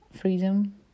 freedom